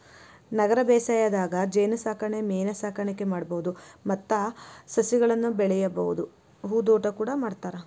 ನಗರ ಬೇಸಾಯದಾಗ ಜೇನಸಾಕಣೆ ಮೇನಸಾಕಣೆ ಮಾಡ್ಬಹುದು ಮತ್ತ ಸಸಿಗಳನ್ನ ಬೆಳಿಬಹುದು ಹೂದೋಟ ಕೂಡ ಮಾಡ್ತಾರ